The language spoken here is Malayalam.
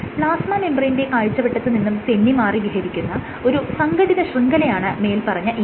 പ്ലാസ്മ മെംബ്രേയ്നിന്റെ കാഴ്ച്ചവെട്ടത്ത് നിന്നും തെന്നിമാറി വിഹരിക്കുന്ന ഒരു സംഘടിത ശൃംഖലയാണ് മേല്പറഞ്ഞ ECM